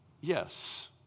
yes